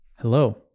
Hello